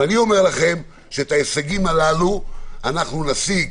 את ההישגים הללו נשיג,